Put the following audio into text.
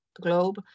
globe